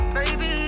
Baby